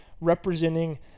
representing